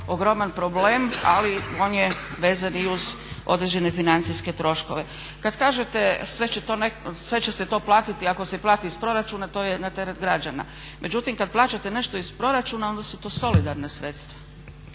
ogroman problem, ali on je vezan i uz određene financijske troškove. Kad kažete sve će se to platiti ako se plati iz proračuna, to je na teret građana. Međutim kad plaćate nešto iz proračuna onda su to solidarna sredstva.